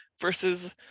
versus